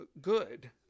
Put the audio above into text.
good